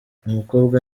umukobwa